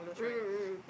mm mm mm mm